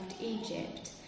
Egypt